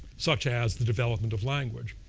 such as the development of language.